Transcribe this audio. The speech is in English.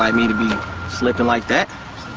um me to be slipping like that